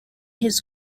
his